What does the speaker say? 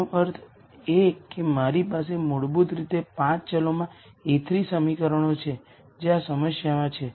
તેનો અર્થ એ કે મારી પાસે મૂળભૂત રીતે 5 વેરીએબલ્સ માં A₃ સમીકરણો છે જે આ સમસ્યામાં છે